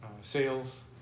sales